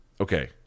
okay